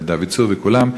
דוד צור וכולם,